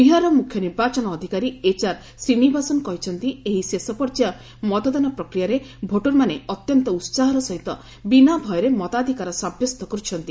ବିହାରର ମୁଖ୍ୟ ନିର୍ବାଚନ ଅଧିକାରୀ ଏଚ୍ଆର୍ ଶ୍ରୀନିବାସନ କହିଛନ୍ତି ଏହି ଶେଷପର୍ଯ୍ୟାୟ ମତଦାନ ପ୍ରକ୍ରିୟାରେ ଭୋଟରମାନେ ଅତ୍ୟନ୍ତ ଉତ୍ସାହର ସହିତ ବିନା ଭୟରେ ମତାଧିକାର ସାବ୍ୟସ୍ତ କରୁଛନ୍ତି